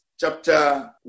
Chapter